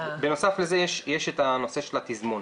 בנוסף לזה יש את הנושא של התזמון.